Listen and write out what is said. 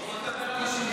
בוא, בוא נדבר על השוויון.